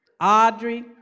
Audrey